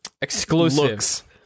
exclusive